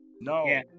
no